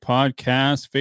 Podcast